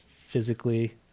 physically